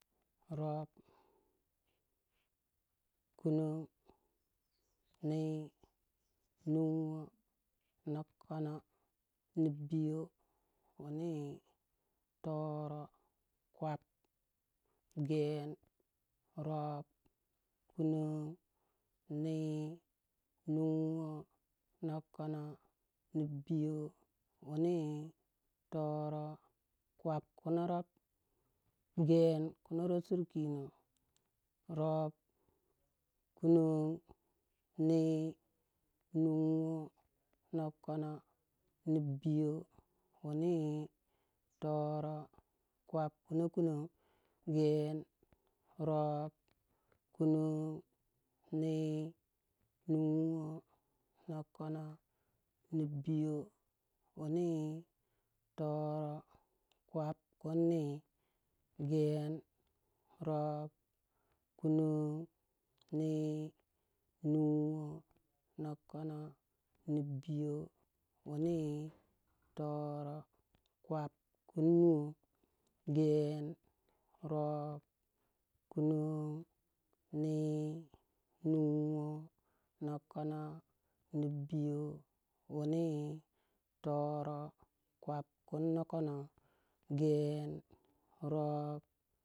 rob, kunon, nii, nuwo, nokono, nibiyo, wuni, toro, kwab, gen, rob, kunon, nii, nuwo, nokono, nibiyo, wuni, toro, kwab, kuna rob, gen, kuna rob sir kino, rob, kunon, nii, nuwo, nokono, nibiyo, wuni, toro, kwab, kuno kunon. gen, rob, kunon, nii, nibiyo, wuni toro kwab kunni. Gen, rob, Kunon, nii, nuwo, nokono, nibiyo, wuni, toro, kwab, kun nuwo, gen, rob, kunon nii, nuwo, nokono, nibiyo, wuni, toro, kwab kuno kunon, gen, rob, kunon, nii, nuwo, nokono, nibiyo, wuni, toro, kwab kuno kunon, gen, rob